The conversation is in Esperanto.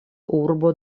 urbo